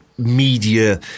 media